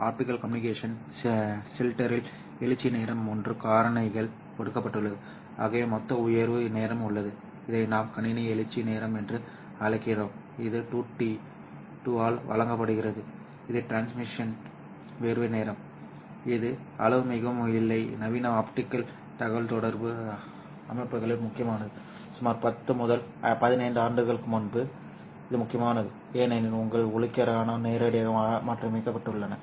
optical communication சிஸ்டத்தில் எழுச்சி நேரம் மூன்று காரணிகளால் கொடுக்கப்பட்டுள்ளது ஆகவே மொத்த உயர்வு நேரம் உள்ளது இதை நாம் கணினி எழுச்சி நேரம் என்று அழைக்கிறோம் இது 2t 2 ஆல் வழங்கப்படுகிறது இது டிரான்ஸ்மிட் உயர்வு நேரம் இந்த அளவு மிகவும் இல்லை நவீன ஆப்டிகல் தகவல்தொடர்பு அமைப்புகளில் முக்கியமானது சுமார் 10 முதல் 15 ஆண்டுகளுக்கு முன்பு இது முக்கியமானது ஏனெனில் உங்கள் ஒளிக்கதிர்கள் நேரடியாக மாற்றியமைக்கப்பட்டன